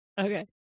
Okay